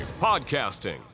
Podcasting